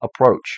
approach